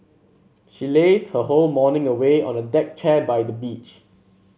she lazed her whole morning away on a deck chair by the beach